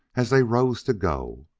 as they rose to go.